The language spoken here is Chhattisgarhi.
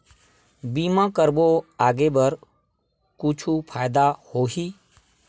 बीमा करबो आगे बर कुछु फ़ायदा होही?